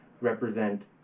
represent